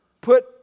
put